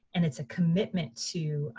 and it's a commitment to